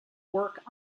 work